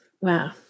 Wow